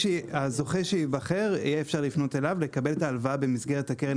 הזוכה שייבחר יהיה אפשר לפנות אליו לקבל את ההלוואה במסגרת הקרן,